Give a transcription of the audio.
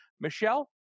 Michelle